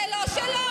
זה לא שלו.